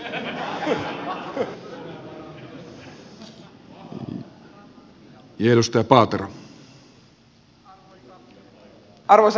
arvoisa herra puhemies